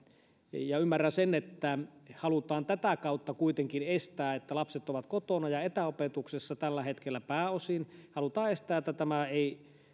ja ymmärrän sen että tätä kautta että lapset ovat pääosin kotona ja etäopetuksessa tällä hetkellä halutaan estää että tämä ei